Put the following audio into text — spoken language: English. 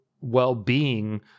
well-being